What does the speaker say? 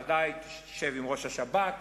ודאי תשב עם ראש השב"כ